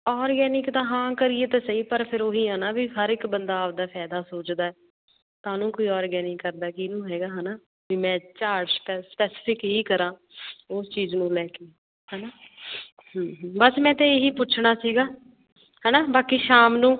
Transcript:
organic ਤਾਂ ਹਾਂ ਕਰੀਏ ਤਾਂ ਸਹੀ ਪਰ ਫਿਰ ਉਹ ਹੀ ਆ ਨਾ ਵੀ ਹਰ ਇੱਕ ਬੰਦਾ ਆਪਣਾ ਫਾਇਦਾ ਸੋਚਦਾ ਕਾਹਨੂੰ ਕੋਈ ਔਰਗੈਨਿਕ ਕਰਦਾ ਕਿਹਨੂੰ ਹੈਗਾ ਹੈ ਨਾ ਵੀ ਮੈਂ ਝਾੜ ਸਪੈਸ ਸਪੈਸੀਫਿਕ ਹੀ ਕਰਾਂ ਉਸ ਚੀਜ਼ ਨੂੰ ਲੈ ਕੇ ਹੈ ਨਾ ਹਮ ਹਮ ਬਸ ਮੈਂ ਇਹ ਹੀ ਪੁੱਛਣਾ ਸੀਗਾ ਹੈ ਨਾ ਬਾਕੀ ਸ਼ਾਮ ਨੂੰ